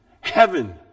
Heaven